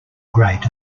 great